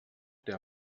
der